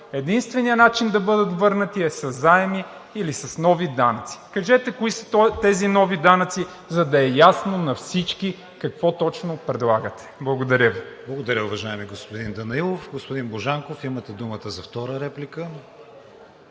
Единственият начин да бъдат върнати е със заеми или с нови данъци. Кажете кои са тези нови данъци, за да е ясно на всички какво точно предлагате. Благодаря Ви. ПРЕДСЕДАТЕЛ КРИСТИАН ВИГЕНИН: Благодаря, уважаеми господин Данаилов. Господин Божанков, имате думата за втора реплика.